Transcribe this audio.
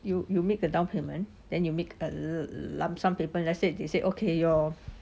you you make the down payment then you make a l~ lump sum payment let's say they said ok your